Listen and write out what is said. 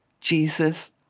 Jesus